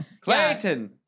Clayton